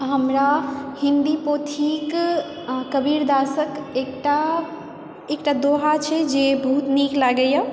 हमरा हिन्दी पोथीक कबीरदासक एकटा एकटा दोहा छै जे बहुत नीक लागैए